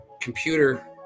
computer